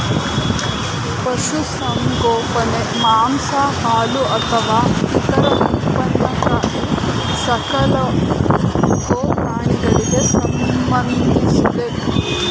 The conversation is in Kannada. ಪಶುಸಂಗೋಪನೆ ಮಾಂಸ ಹಾಲು ಅಥವಾ ಇತರ ಉತ್ಪನ್ನಕ್ಕಾಗಿ ಸಾಕಲಾಗೊ ಪ್ರಾಣಿಗಳಿಗೆ ಸಂಬಂಧಿಸಿದೆ